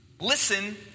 listen